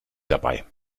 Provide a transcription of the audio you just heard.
dabei